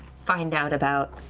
find out about,